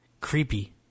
Creepy